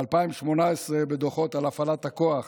ב-2018 בדוחות על הפעלת הכוח